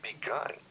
begun